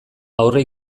aurre